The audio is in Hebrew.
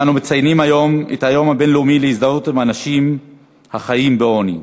אנו מציינים היום את היום הבין-לאומי להזדהות עם אנשים החיים בעוני.